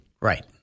Right